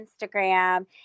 Instagram